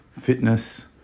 fitness